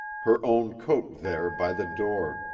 her own coat there by the door,